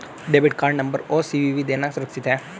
Debit card number और CVV देना सुरक्षित है?